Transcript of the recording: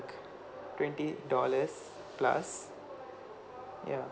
twenty dollars plus ya